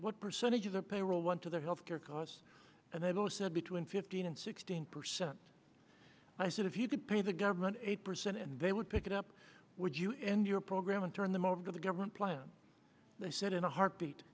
what percentage of their payroll went to their health care costs and they've all said between fifteen and sixteen percent i said if you could pay the government eight percent and they would pick it up would you end your program and turn them over to the government plan they said in a heartbeat